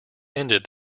ended